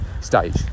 stage